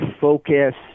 focus